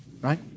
Right